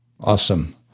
Awesome